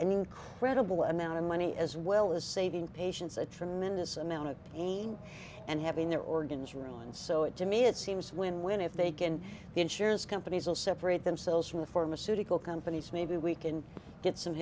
an incredible amount of money as well as saving patients a tremendous amount of pain and having their organs ruined so it to me it seems when when if they can the insurance companies will separate themselves from the pharmaceutical companies maybe we can get some